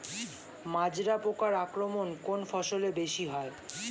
মাজরা পোকার আক্রমণ কোন ফসলে বেশি হয়?